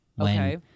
Okay